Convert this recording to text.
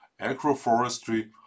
agroforestry